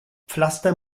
pflaster